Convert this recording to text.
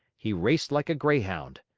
he raced like a greyhound.